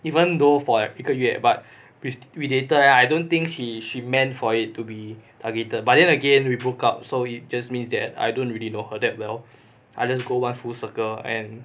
even though for like 一个月 but we dated eh I don't think she she meant for it to be targeted but then again we broke up so it just means that I don't really know her that well I just go full circle and